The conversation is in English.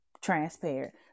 transparent